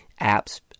apps